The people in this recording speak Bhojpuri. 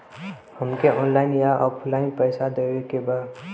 हमके ऑनलाइन या ऑफलाइन पैसा देवे के बा?